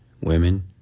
women